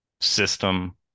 system